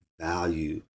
value